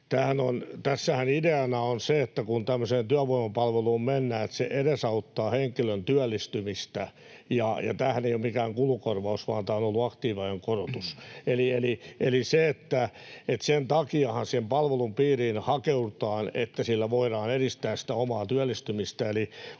Tässähän ideana on se, että kun tämmöiseen työvoimapalveluun mennään, se edesauttaa henkilön työllistymistä. Tämähän ei ole mikään kulukorvaus, vaan tämä on ollut aktiiviajan korotus. Sen takiahan sen palvelun piiriin hakeudutaan, että sillä voidaan edistää sitä omaa työllistymistä,